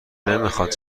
نمیخواد